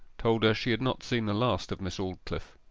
told her she had not seen the last of miss aldclyffe.